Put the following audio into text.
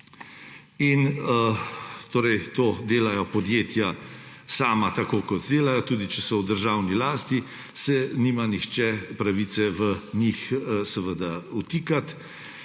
odgovorno. To delajo podjetja sama, tako kot delajo. Tudi če so v državni lasti, se nima nihče pravice v njih vtikati.